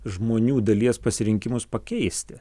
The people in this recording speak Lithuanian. žmonių dalies pasirinkimus pakeisti